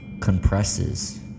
compresses